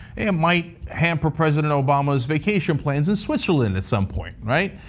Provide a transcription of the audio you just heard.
it might hamper president obama's vacation plans in switzerland at some point, right?